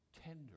tender